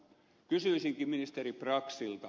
kysyisinkin ministeri braxilta